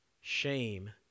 Shame